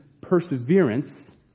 perseverance